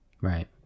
Right